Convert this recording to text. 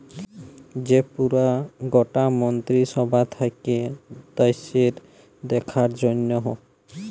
যে পুরা গটা মন্ত্রী সভা থাক্যে দ্যাশের দেখার জনহ